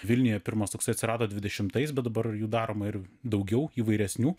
vilniuje pirmas toksai atsirado dvidešimtais bet dabar jų daroma ir daugiau įvairesnių